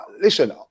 listen